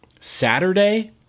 Saturday